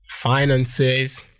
Finances